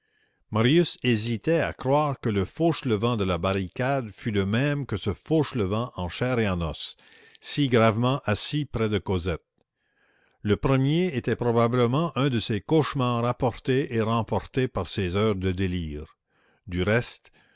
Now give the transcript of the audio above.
marius hésitait à croire que le fauchelevent de la barricade fût le même que ce fauchelevent en chair et en os si gravement assis près de cosette le premier était probablement un de ces cauchemars apportés et remportés par ses heures de délire du reste